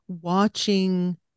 watching